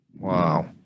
Wow